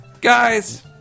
Guys